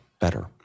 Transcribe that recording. better